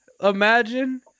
Imagine